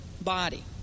body